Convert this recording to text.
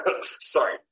Sorry